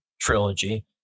Trilogy